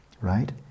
right